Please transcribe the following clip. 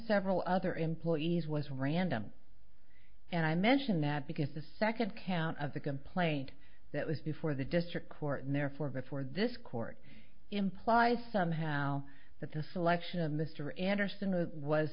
several other employees was random and i mention that because the second count of the complaint that was before the district court and therefore before this court implies somehow that the selection of mr